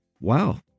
Wow